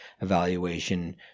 evaluation